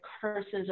curses